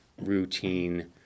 routine